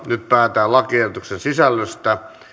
nyt päätetään lakiehdotuksen sisällöstä